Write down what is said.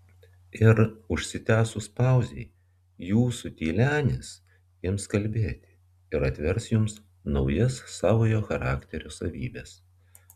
ir užsitęsus pauzei jūsų tylenis ims kalbėti ir atvers jums naujas savojo charakterio savybes